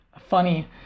funny